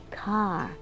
car